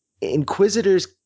Inquisitor's